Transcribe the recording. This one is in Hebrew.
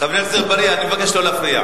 חבר הכנסת אגבאריה, אני מבקש לא להפריע.